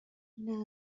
این